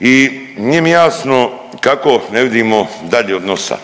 I nije mi jasno kako ne vidimo dalje od nosa.